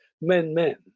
men-men